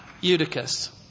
Eutychus